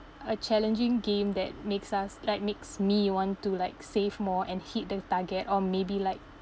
a challenging game that makes us like makes me want to like save more and hit the target or maybe like